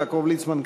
יעקב ליצמן,